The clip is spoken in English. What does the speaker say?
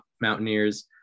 Mountaineers